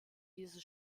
diese